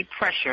pressure